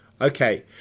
Okay